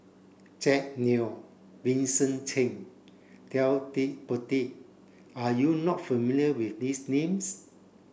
Jack Neo Vincent Cheng and Ted De Ponti You are not familiar with these names